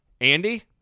Andy